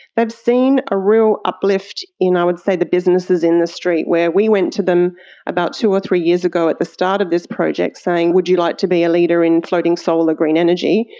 they've seen a real uplift in i would say the businesses in the street, where we went to them about two or three years ago at the start of this project saying would you like to be a leader in floating solar green energy?